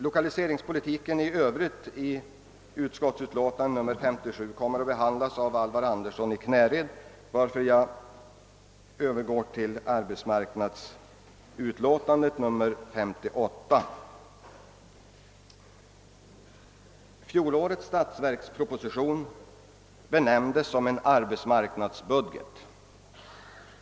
Lokaliseringspolitiken i övrigt kommer att behandlas av Alvar Andersson i Knäred, varför jag övergår till statsutskottets utlåtande nr 58 som behandlar arbetsmarknaden. Fjolårets statsverksproposition benämndes som en arbetsmarknadsbudget.